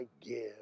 give